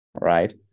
right